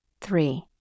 Three